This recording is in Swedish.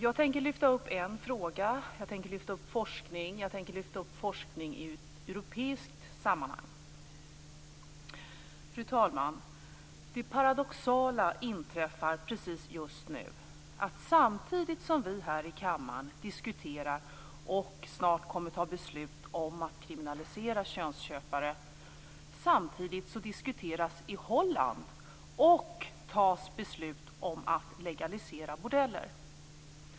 Jag tänker lyfta upp en fråga. Jag tänker lyfta upp forskning, forskning i ett europeiskt sammanhang. Fru talman! Det paradoxala inträffar just nu att samtidigt som vi här i kammaren diskuterar och snart kommer att fatta beslut om att kriminalisera könsköpare diskuteras och fattas det i Holland beslut om att legalisera bordeller.